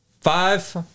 Five